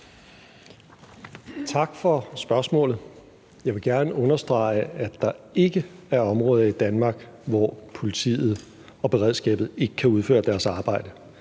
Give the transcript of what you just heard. Tak for spørgsmålet. Jeg vil gerne understrege, at der ikke er områder i Danmark, hvor politiet og beredskabet ikke kan udføre deres arbejde.